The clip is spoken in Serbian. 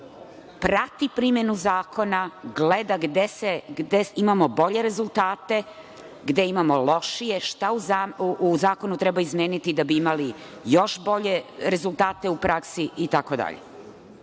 prati primenu zakona, gleda gde imamo bolje rezultate, gde imamo lošije, šta u zakonu treba izmeniti da bi imali još bolje rezultate u praksi